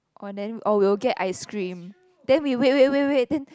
oh then oh we will get ice cream then we wait wait wait wait